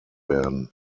werden